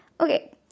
Okay